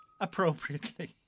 appropriately